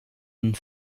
and